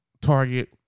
Target